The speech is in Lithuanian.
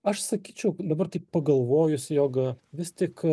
aš sakyčiau dabar taip pagalvojus jog vis tik